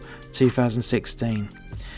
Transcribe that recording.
2016